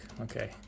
okay